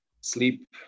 sleep